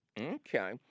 Okay